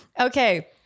Okay